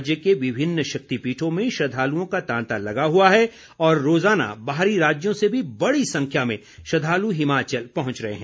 राज्य के विभिन्न शक्तिपीठों में श्रद्धालुओं का तांता लगा हुआ है और रोज़ाना बाहरी राज्यों से भी बड़ी संख्या में श्रद्धालु हिमाचल पहुंच रहे हैं